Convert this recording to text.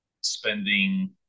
spending